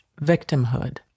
victimhood